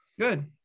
Good